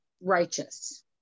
righteous